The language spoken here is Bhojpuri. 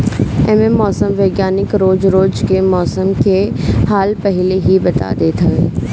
एमे मौसम विज्ञानी रोज रोज के मौसम के हाल पहिले ही बता देत हवे